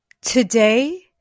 Today